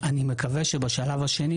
בשלב השני,